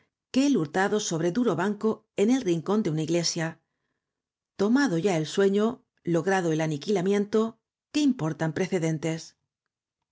que el hurtado sobre duro banco en el rincón de una iglesia tomado ya el sueño logrado el aniquilamiento qué importan precedentes